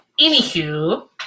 Anywho